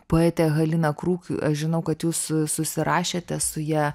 poetė halina kruk aš žinau kad jūs susirašėte su ja